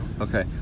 Okay